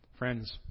Friends